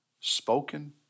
spoken